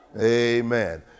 Amen